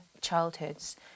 childhoods